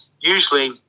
Usually